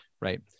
right